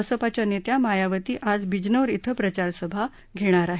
बसपाच्या नेत्या मायावती आज बिजनोर श्रीं प्रचारसभा घेणार आहेत